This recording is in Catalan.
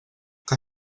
que